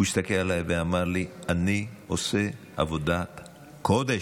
הוא הסתכל עליי ואמר לי: אני עושה עבודת קודש.